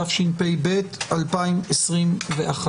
התשפ"ב-2022.